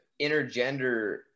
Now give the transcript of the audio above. intergender